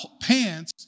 pants